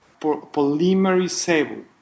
polymerizable